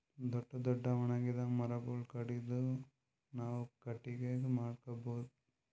ದೊಡ್ಡ್ ದೊಡ್ಡ್ ಒಣಗಿದ್ ಮರಗೊಳ್ ಕಡದು ನಾವ್ ಕಟ್ಟಗಿ ಮಾಡ್ಕೊಬಹುದ್